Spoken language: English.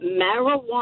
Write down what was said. marijuana